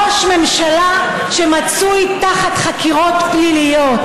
ראש ממשלה שמצוי תחת חקירות פנימיות